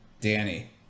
Danny